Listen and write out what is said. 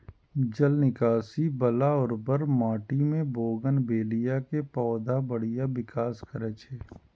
जल निकासी बला उर्वर माटि मे बोगनवेलिया के पौधा बढ़िया विकास करै छै